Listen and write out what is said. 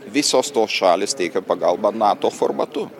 visos tos šalys teikia pagalbą nato formatu